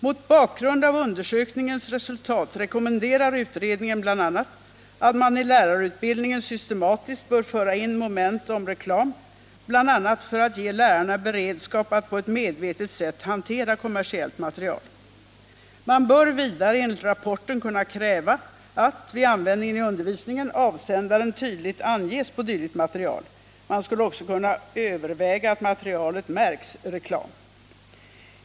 Mot bakgrund av undersökningens resultat rekommenderar utredningen bl.a. att man i lärarutbildningen systematiskt bör föra in moment om reklam, bl.a. för att ge lärarna beredskap att på ett medvetet sätt hantera kommersiellt material. Man bör vidare enligt rapporten kunna kräva att — vid användningen i undervisningen — avsändaren tydligt anges på dylikt material. Man skulle också kunna överväga att materialet märks ”reklam”.